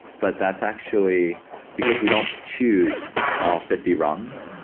but that's actually because we don't choose all fifty rungs,